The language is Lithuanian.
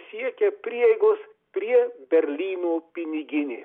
siekia prieigos prie berlyno piniginė